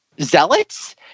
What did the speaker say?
Zealots